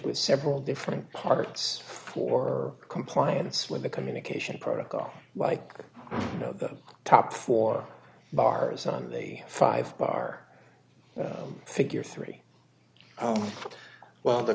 with several different parts for compliance with a communication protocol like the top four bars on the five bar figure three well the